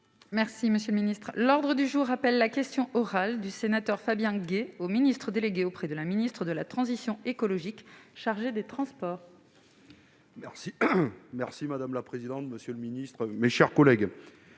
Merci, monsieur le Ministre, l'ordre du jour appelle la question orale du sénateur Fabien Gay au Ministre délégué auprès de la ministre de la transition écologique, chargé des Transports. Merci, merci, madame la présidente, monsieur le ministre, mes chers collègues,